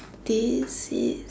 this is